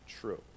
true